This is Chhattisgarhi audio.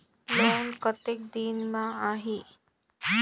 लोन कतेक दिन मे आही?